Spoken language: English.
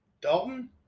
Dalton